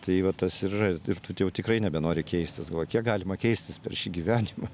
tai va tas ir yra tu tai jau tikrai nebenori keistis galvoji kiek galima keistis per šį gyvenimą